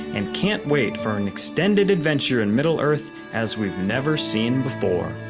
and can't wait for an extended adventure in middle-earth as we've never seen before!